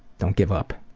don't give up.